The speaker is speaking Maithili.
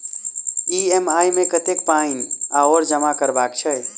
ई.एम.आई मे कतेक पानि आओर जमा करबाक छैक?